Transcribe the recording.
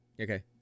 Okay